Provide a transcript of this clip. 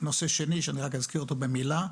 נושא שני שאזכיר אותו במילה,